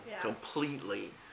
completely